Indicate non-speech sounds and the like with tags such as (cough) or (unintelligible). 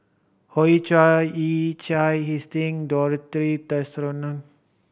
Hoey Choo Yee Chia (unintelligible) Dorothy (unintelligible)